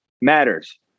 matters